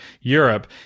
Europe